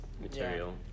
material